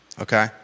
Okay